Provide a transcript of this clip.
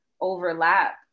overlap